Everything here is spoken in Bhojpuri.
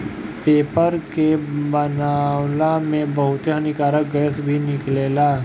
पेपर के बनावला में बहुते हानिकारक गैस भी निकलेला